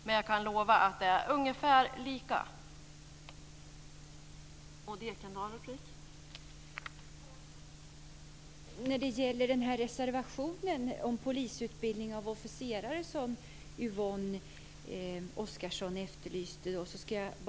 Men jag kan lova att det är ungefär lika många gånger.